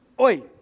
Oi